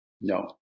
No